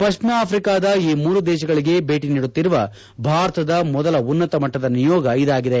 ಪಶ್ಲಿಮ ಅಫ್ರಿಕಾದ ಈ ಮೂರೂ ದೇಶಗಳಿಗೆ ಭೇಟಿ ನೀಡುತ್ತಿರುವ ಭಾರತದ ಮೊದಲ ಉನ್ನತ ಮಟ್ಟದ ನಿಯೋಗ ಇದಾಗಿದೆ